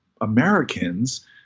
Americans